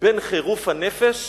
בין חירוף הנפש